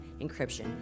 encryption